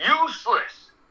useless